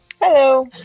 Hello